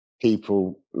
people